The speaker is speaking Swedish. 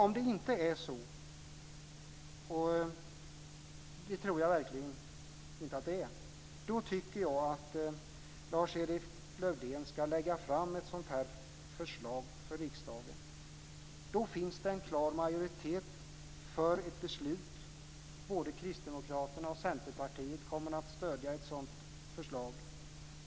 Om det inte är så - och det tror jag verkligen inte - tycker jag att Lars-Erik Lövdén ska lägga fram ett sådant här förslag för riksdagen. Då finns det en klar majoritet för ett beslut. Både Kristdemokraterna och Centerpartiet kommer att stödja ett sådant förslag.